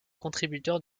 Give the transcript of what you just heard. contributeurs